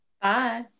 Bye